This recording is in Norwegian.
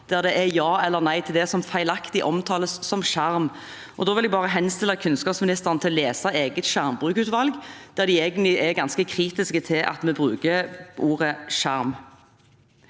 der det er ja eller nei til det som feilaktig omtales som «skjerm». Da vil jeg bare henstille til kunnskapsministeren å lese sitt eget skjermbrukutvalgs rapport, der en egentlig er ganske kritisk til at vi bruker ordet «skjerm».